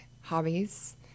hobbies